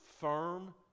firm